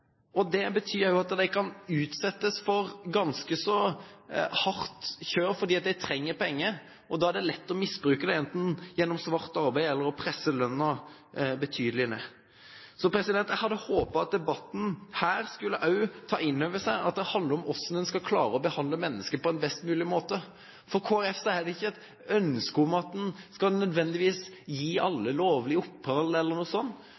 her. Det betyr også at de kan utsettes for ganske hardt kjør fordi de trenger penger. Da er det lett å misbruke dem, enten gjennom svart arbeid eller ved å presse lønnen betydelig ned. Jeg hadde håpet at debatten også skulle ta inn over seg at det handler om hvordan en skal klare å behandle mennesker på en best mulig måte. For Kristelig Folkeparti er det ikke et ønske om at en nødvendigvis skal gi alle lovlig opphold eller noe